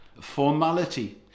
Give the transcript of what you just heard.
Formality